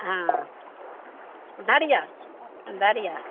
हाँ धरियौ